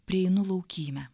prieinu laukymę